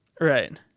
Right